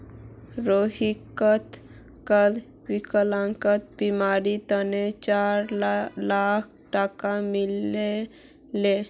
रोहितक कल विकलांगतार बीमार तने चार लाख टका मिल ले